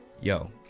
yo